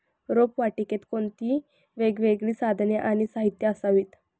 रोपवाटिकेत कोणती वेगवेगळी साधने आणि साहित्य असावीत?